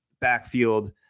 backfield